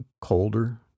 colder